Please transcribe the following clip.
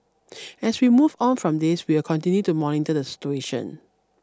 as we move on from this we will continue to monitor the situation